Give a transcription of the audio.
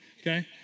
okay